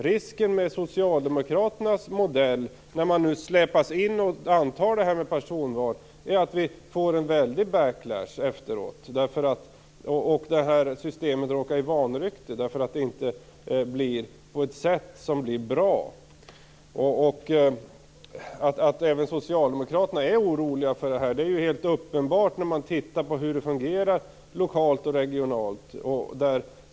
Risken med socialdemokraternas modell, när man släpats in för att anta förslaget om personval, är att vi får en väldig backlash och att systemet råkar i vanrykte därför att det inte blir på ett sätt som är bra. Att även socialdemokraterna är oroliga för detta är helt uppenbart när man ser hur det går till lokalt och regionalt.